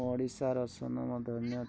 ଓଡ଼ିଶାର ସୁନାମ ଧନ୍ୟ